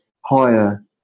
higher